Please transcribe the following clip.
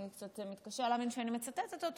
ואני קצת מתקשה להאמין שאני מצטטת אותו